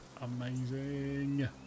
Amazing